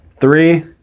Three